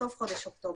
סוף חודש אוקטובר.